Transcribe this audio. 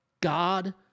God